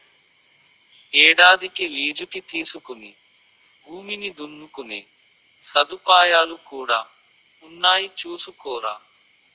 ఏడాదికి లీజుకి తీసుకుని భూమిని దున్నుకునే సదుపాయాలు కూడా ఉన్నాయి చూసుకోరా